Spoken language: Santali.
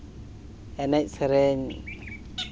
ᱮᱱᱮᱡ ᱥᱮᱨᱮᱧ